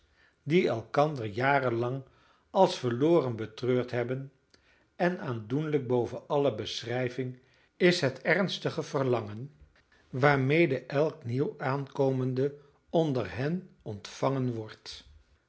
die elkander jarenlang als verloren betreurd hebben en aandoenlijk boven alle beschrijving is het ernstige verlangen waarmede elk nieuw aankomende onder hen ontvangen wordt